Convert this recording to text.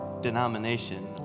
denomination